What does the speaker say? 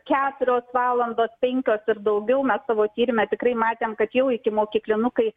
keturios valandos penkios ir daugiau mes savo tyrime tikrai matėm kad jau ikimokyklinukai